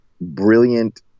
brilliant